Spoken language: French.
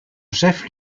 chef